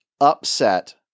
upset